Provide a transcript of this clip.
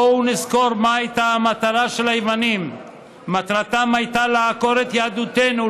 בואו נזכור מה הייתה המטרה של היוונים: מטרתם הייתה לעקור את יהדותנו,